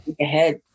ahead